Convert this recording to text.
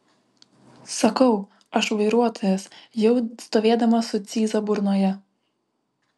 sakau aš vairuotojas jau stovėdamas su cyza burnoje